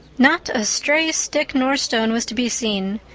not a stray stick nor stone was to be seen,